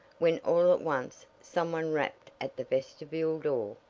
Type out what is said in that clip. when all at once some one rapped at the vestibule door.